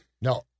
No